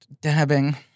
dabbing